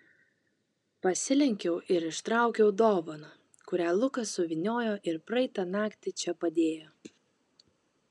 pasilenkiau ir ištraukiau dovaną kurią lukas suvyniojo ir praeitą naktį čia padėjo